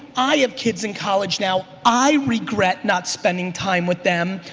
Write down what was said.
i have kids in college now. i regret not spending time with them.